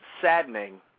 saddening